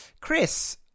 Chris